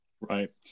Right